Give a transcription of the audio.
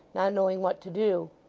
not knowing what to do.